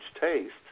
taste